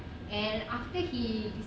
and after he